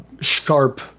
sharp